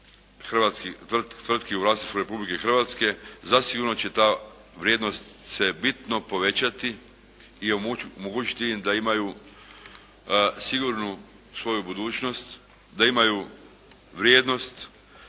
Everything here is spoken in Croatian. hrvatskih tvrtki u vlasništvu Republike Hrvatske, zasigurno će ta vrijednost se bitno povećati i omogućiti im da imaju sigurnu svoju budućnost, da imaju vrijednost.